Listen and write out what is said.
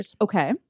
Okay